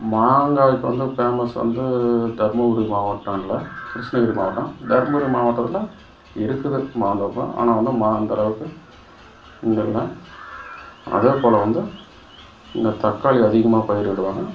மாங்காய்க்கு வந்து பேமஸ் வந்து தர்மபுரி மாவட்டம் இல்லை கிருஷ்ணகிரி மாவட்டம் தர்மபுரி மாவட்டத்தில் இருக்குது மாந்தோப்பு ஆனால் வந்து மா அந்த அளவுக்கு இங்கே இல்லை அதே போல் வந்து இங்கே தக்காளி அதிகமாக பயிரிடுவாங்க